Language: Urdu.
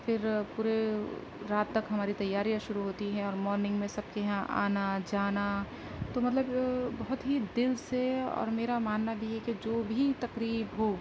پھر پورے رات تک ہماری تیاریاں شروع ہوتی ہیں اور مورننگ میں سب کی یہاں آنا جانا تو مطلب بہت ہی دل سے اور میرا ماننا بھی ہے کہ جو بھی تقریب ہو